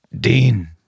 Dean